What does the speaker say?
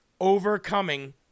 Overcoming